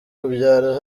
ubyara